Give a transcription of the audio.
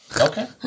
Okay